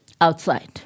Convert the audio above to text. outside